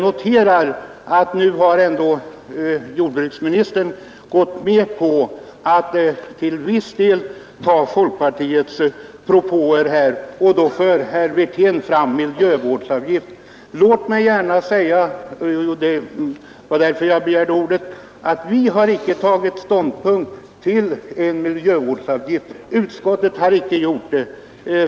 Herr Wirtén anför att jordbruksministern nu ändå till viss del har gått med på folkpartiets propåer i detta sammanhang, och herr Wirtén nämner därvid frågan om en miljövårdsavgift. Låt mig säga — och det var därför jag begärde ordet — att vi inte i utskottet har tagit ställning till frågan om en miljövårdsavgift.